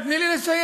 תני לי לסיים.